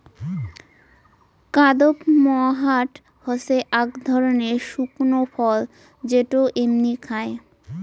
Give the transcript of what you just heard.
কাদপমহাট হসে আক ধরণের শুকনো ফল যেটো এমনি খায়